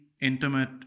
intimate